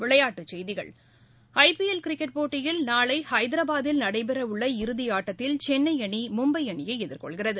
விளையாட்டுச் செய்திகள் I P L cricket போட்டியில் நாளை ஹைதராபாத்தில் நடைபெறவுள்ள இறுதி ஆட்டத்தில் சென்னை அணி மும்பை அணியை எதிர்கொள்கிறது